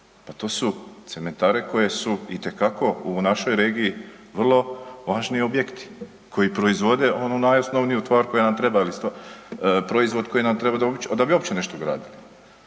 Pa to su cementare koje su itekako u našoj regiji vrlo važni objekti koji proizvode onu najosnovniju tvar koja nam treba da bi uopće nešto gradili.